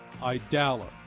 Idala